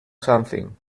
something